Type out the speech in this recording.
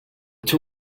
two